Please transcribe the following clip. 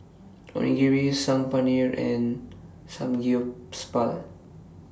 Onigiri Saag Paneer and Samgyeopsal